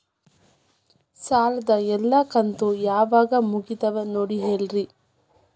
ಸಾಲದ ಎಲ್ಲಾ ಕಂತು ಯಾವಾಗ ಮುಗಿತಾವ ನೋಡಿ ಹೇಳ್ರಿ